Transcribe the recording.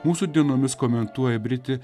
mūsų dienomis komentuoja briti